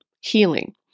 healing